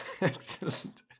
Excellent